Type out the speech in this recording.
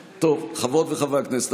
חברות וחברי הכנסת,